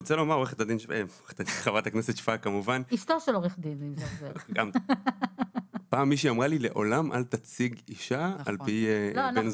חברת הכנסת נירה שפק אני רק רוצה לומר כי שמעתי את מה שאת